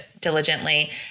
diligently